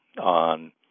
on